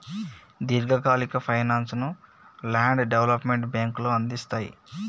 దీర్ఘకాలిక ఫైనాన్స్ ను land development బ్యేంకులు అందిస్తయ్